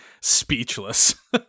speechless